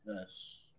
Yes